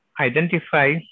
identify